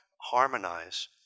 harmonize